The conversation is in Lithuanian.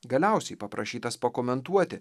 galiausiai paprašytas pakomentuoti